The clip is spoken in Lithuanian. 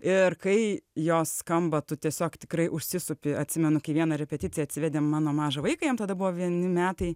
ir kai jos skamba tu tiesiog tikrai užsisuki atsimenu kai vieną repeticiją atsivedėm mano mažą vaiką jam tada buvo vieni metai